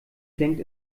denkt